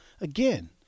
again